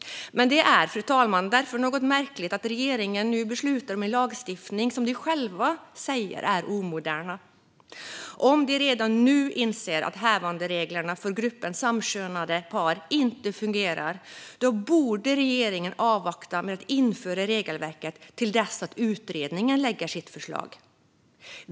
Fru talman! Det är därför något märkligt att regeringen nu beslutar om en lagstiftning som man själv säger är omodern. Om man redan nu inser att hävandereglerna för gruppen samkönade par inte fungerar borde regeringen avvakta med att införa regelverket tills utredningen lägger fram sitt förslag.